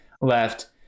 left